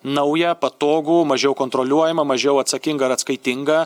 naują patogų mažiau kontroliuojamą mažiau atsakingą ir atskaitingą